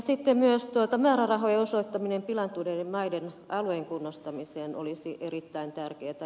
sitten myös määrärahojen osoittaminen pilaantuneiden maa alueiden kunnostamiseen olisi erittäin tärkeätä